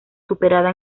superada